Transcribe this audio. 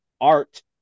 art